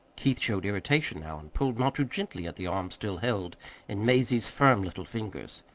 keith showed irritation now, and pulled not too gently at the arm still held in mazie's firm little fingers.